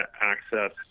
access